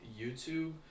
YouTube